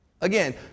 Again